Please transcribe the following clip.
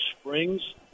Springs